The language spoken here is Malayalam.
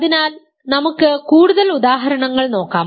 അതിനാൽ നമുക്ക് കൂടുതൽ ഉദാഹരണങ്ങൾ നോക്കാം